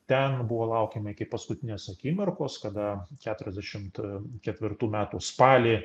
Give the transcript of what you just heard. ten buvo laukiama iki paskutinės akimirkos kada keturiasdešimt ketvirtų metų spalį